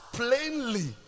plainly